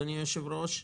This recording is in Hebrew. אדוני היושב-ראש.